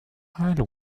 i’ll